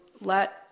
let